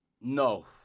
No